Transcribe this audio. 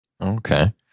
Okay